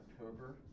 October